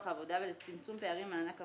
העבודה ולצמצום פערים חברתיים (מענק עבודה),